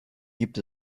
gibt